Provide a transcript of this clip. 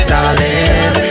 Darling